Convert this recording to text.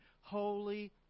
holy